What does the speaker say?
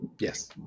Yes